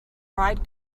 pride